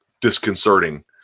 disconcerting